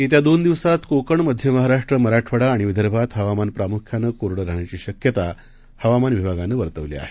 येत्यादोनदिवसातकोकण मध्यमहाराष्ट्र मराठवाडाआणिविदर्भातहवामानप्रामुख्यानंकोरडराहण्याचीशक्यताहवामानविभागानंवर्तवलीआहे